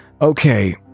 okay